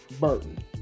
Burton